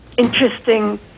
interesting